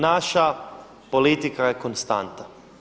Naša politika je konstanta.